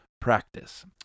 practice